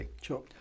Sure